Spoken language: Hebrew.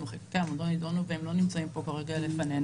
הם לא נדונו והם לא נמצאים כאן כרגע לפנינו.